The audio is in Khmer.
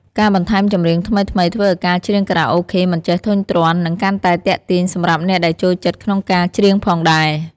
ការបន្ថែមចម្រៀងថ្មីៗធ្វើឱ្យការច្រៀងខារ៉ាអូខេមិនចេះធុញទ្រាន់ និងកាន់តែទាក់ទាញសម្រាប់អ្នកដែលចូលចិត្តក្នុងការច្រៀងផងដែរ។